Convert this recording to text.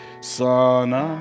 Sana